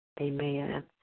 Amen